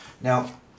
now